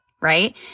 right